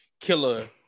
killer